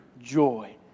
joy